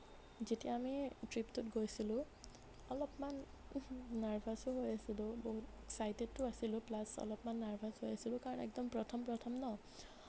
যেতিয়া আমি ট্ৰিপটোত গৈছিলোঁ অলপমান নাৰ্ভাছোঁ হৈ আছিলোঁ বহুত এক্সচাইটেডো আছিলোঁ প্লাছ অলপমান নাৰ্ভাছ হৈ আছিলোঁ কাৰণ একদম প্ৰথম প্ৰথম ন